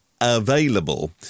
available